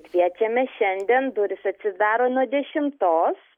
kviečiame šiandien durys atsidaro nuo dešimtos